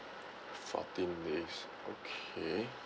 fourteen days okay